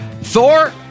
Thor